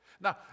Now